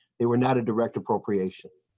they were not a direct appropriations.